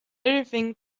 everything